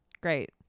Great